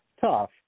tough